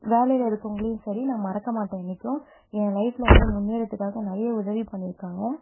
வேலையில் இருக்கவங்களையும் சரி நான் மறக்க மாட்டேன் என்னிக்கும் என் லைஃப்பில் வந்து முன்னேறதுக்காக நிறைய உதவி பண்ணியிருக்காங்க